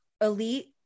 elite